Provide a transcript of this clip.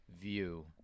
view